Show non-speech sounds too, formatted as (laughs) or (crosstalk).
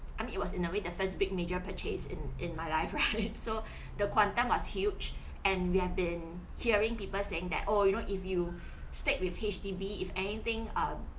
I mean it was in way the first big major purchase in in my life right (laughs) so the quantum was huge and we have been hearing people saying that oh you know if you stayed with H_D_B if anything err